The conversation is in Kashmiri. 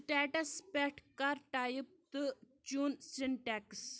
سٹیٹس پؠٹھ کر ٹایٔپ تہٕ چُن سینٹؠکٕس